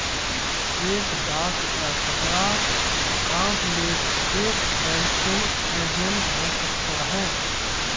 एक डाक या खुदरा आउटलेट एक बैंकिंग एजेंट हो सकता है